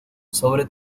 sobre